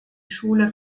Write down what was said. schule